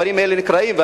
הדברים האלה נקראים,